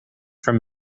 from